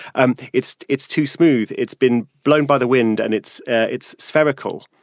and it's it's too smooth. it's been blown by the wind. and it's it's spherical,